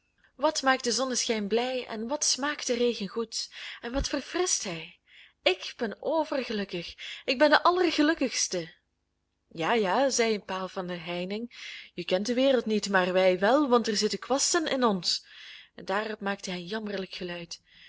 wat maakt de zonneschijn blij en wat smaakt de regen goed en wat verfrischt hij ik ben overgelukkig ik ben de allergelukkigste ja ja zei een paal van de heining je kent de wereld niet maar wij wel want er zitten kwasten in ons en daarop maakte hij een jammerlijk geluid